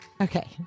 Okay